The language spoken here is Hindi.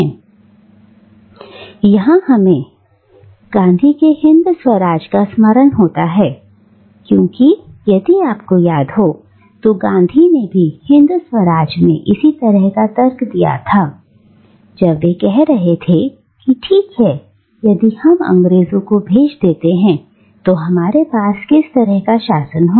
और यहां हमें गांधी के हिंद स्वराज का स्मरण होता है क्योंकि अगर आपको याद हो तो गांधी ने भी हिंद स्वराज में इसी तरह का तर्क दिया था जब वे कह रहे थे कि ठीक है यदि हम अंग्रेजों को भेज देते हैं तो हमारे पास किस तरह का शासन होगा